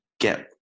get